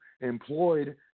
employed